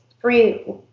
free